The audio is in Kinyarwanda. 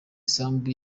isambu